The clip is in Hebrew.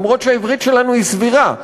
למרות שהעברית שלנו סבירה,